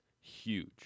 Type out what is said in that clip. huge